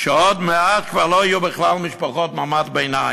שעוד מעט כבר לא יהיו בכלל משפחות ממעמד הביניים.